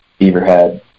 Beaverhead